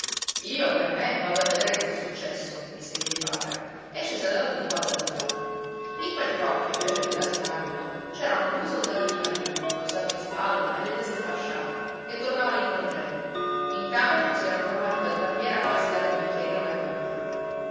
io per me vado a vedere cos'è successo disse piedipapera e scese dal muro adagio adagio in quel crocchio invece dell'asino caduto c'erano due soldati di marina col sacco in spalla e le teste fasciate che tornavano in congedo intanto si erano fermati dal barbiere a farsi dare un bicchierino